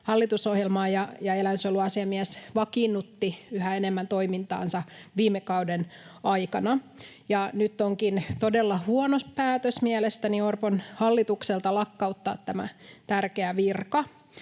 hallitusohjelmaan, ja eläinsuojeluasiamies vakiinnutti yhä enemmän toimintaansa viime kauden aikana. Nyt onkin todella huono päätös mielestäni Orpon hallitukselta lakkauttaa tämä tärkeä virka.